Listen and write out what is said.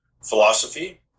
philosophy